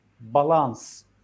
balance